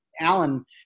Alan